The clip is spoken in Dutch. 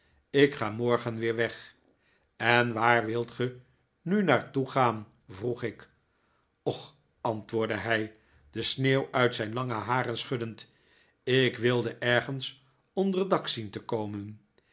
ik ga morgen weer weg en waar wilt ge nu naar toe gaan vroeg ik och antwoordde hij de sneeuw uit zijn lange haren schuddend ik wilde ergens onder dak zien te komen